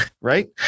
right